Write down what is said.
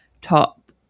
top